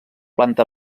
planta